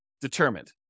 determined